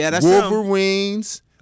Wolverines